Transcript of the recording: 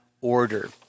order